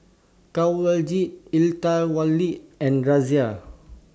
Kanwaljit and Razia